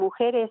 mujeres